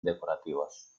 decorativas